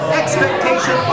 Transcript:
expectation